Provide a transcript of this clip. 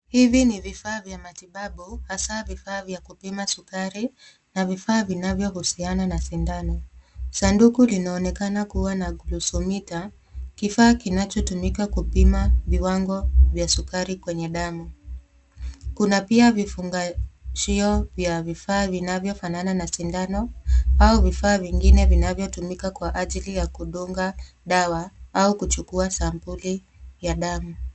Hivi ni vifaa vya matibabu hasa vifaa vya kupima sukari na vifaa vinavyohusiana na sindano. Sanduku linaonekana kuwa na glusumita kifaa kinachotumika kupima viwango vya sukari kwenye damu. Kuna pia vifungashio vya vifaa vinavyofanana na sindano au vifaa vingine vinavyotumika kwa ajili ya kudunga dawa au kuchukua sampuli ya damu.